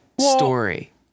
story